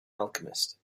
alchemist